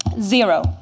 zero